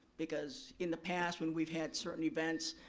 because in the past, when we've had certain events,